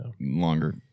longer